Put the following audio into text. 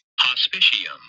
Hospitium